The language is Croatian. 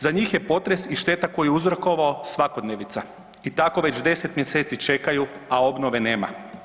Za njih je potres i šteta koju je uzrokovao svakodnevnica i tako već 10 mjeseci čekaju, a obnove nema.